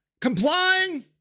complying